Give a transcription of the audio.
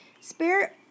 spirit